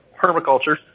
permaculture